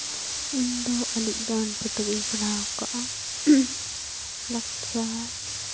ᱤᱧᱫᱚ ᱟᱹᱰᱤᱜᱟᱱ ᱯᱚᱛᱚᱵ ᱤᱧ ᱯᱟᱲᱦᱟᱣ ᱠᱟᱜᱼᱟ ᱞᱟᱠᱪᱟᱨ